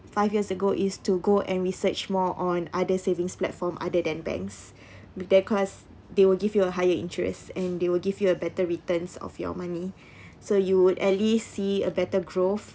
five years ago is to go and research more on other savings platform other than banks they cause they will give you a higher interest and they will give you a better returns of your money so you would at least see a better growth